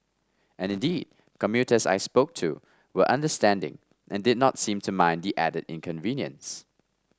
and indeed commuters I spoke to were understanding and did not seems to mind the added inconvenience